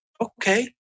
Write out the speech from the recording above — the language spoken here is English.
okay